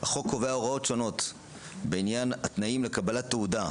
הוראות שונות בעניין התנאים לקבלת תעודה,